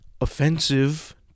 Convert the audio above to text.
offensive